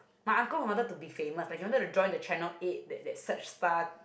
my uncle wanted to be famous like he wanted to join that channel eight that that search star